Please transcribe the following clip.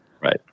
Right